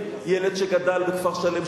ילד שגדל בכפר-שלם,